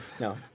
no